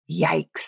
Yikes